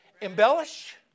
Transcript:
Embellish